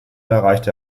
erreichte